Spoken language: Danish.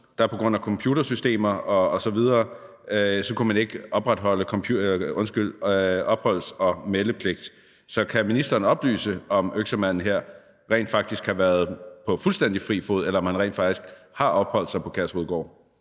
måned på grund af computersystemer osv. ikke kunne opretholde opholds- og meldepligt. Kan ministeren oplyse, om øksemanden her har været på fuldstændig fri fod, eller om han rent faktisk har opholdt sig på Kærshovedgård?